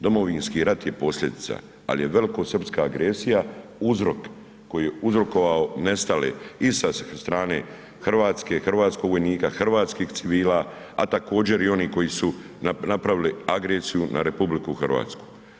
Domovinski rat je posljedica, ali je velikosrpska agresija uzrok koji je uzrokovao nestale i sa strane Hrvatske, hrvatskog vojnika, hrvatskih civila, a također i onih kojih su napravili agresiju na Republiku Hrvatsku,